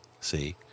see